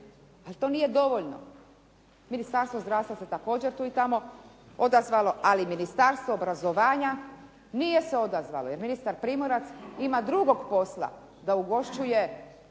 ali to nije dovoljno. Ministarstvo zdravstvo se također tu i tamo odazvalo. Ali Ministarstvo obrazovanja nije se odazvalo jer ministar Primorac ima drugog posla, da ugošćuje